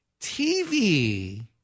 TV